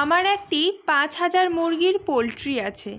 আমার একটি পাঁচ হাজার মুরগির পোলট্রি আছে